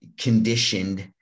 conditioned